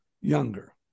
younger